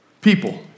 people